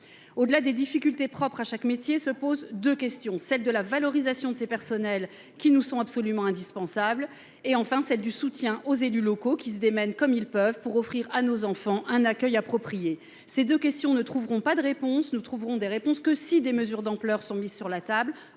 Au-delà des difficultés propres à chaque métier se posent deux questions : celle de la valorisation de ces personnels, qui nous sont absolument indispensables, et celle du soutien aux élus locaux, qui se démènent pour offrir à nos enfants un accueil approprié. Ces deux questions ne trouveront de réponse que si des mesures d'ampleur sont mises sur la table.